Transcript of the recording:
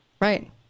Right